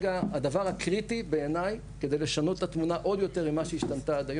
הדבר הקריטי בעיניי כדי לשנות את התמונה עוד יותר במה שהשתנה עד היום,